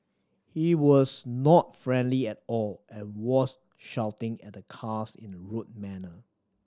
he was not friendly at all and was shouting at the cars in a rude manner